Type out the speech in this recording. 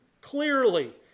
Clearly